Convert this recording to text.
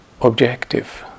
objective